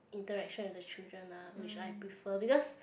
interaction with the children lah which I prefer because